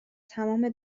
تمام